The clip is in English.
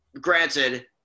granted